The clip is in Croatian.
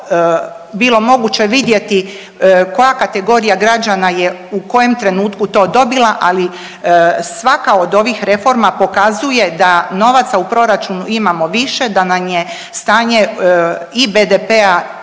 bilo moguće vidjeti koja kategorija građana je u kojem trenutku to dobila, ali svaka od ovih reforma pokazuje da novaca u proračunu ima više, da nam je stanje i BDP-a